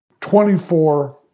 24